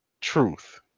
truth